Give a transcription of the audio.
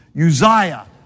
Uzziah